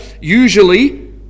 Usually